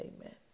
Amen